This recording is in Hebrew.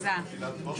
הסכמה להכרזה.